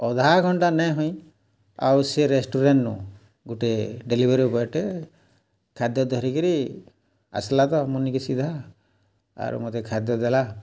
ଅଧା ଘଣ୍ଟା ନାଇଁ ହେଇ ଆଉ ସେ ରେଷ୍ଟୁରାଣ୍ଟ୍ନୁ ଗୁଟେ ଡେଲିଭରି ବଏ'ଟେ ଖାଦ୍ୟ ଧରିକିରି ଆସ୍ଲା ତ ମୋର୍ନିକେ ସିଧା ଆରୁ ମତେ ଖାଦ୍ୟ ଦେଲା